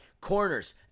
Corners